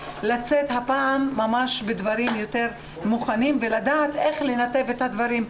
לצאת הפעם בדברים יותר מוכנים ולדעת איך לנתב את הדברים.